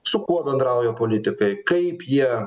su kuo bendrauja politikai kaip jie